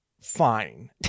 fine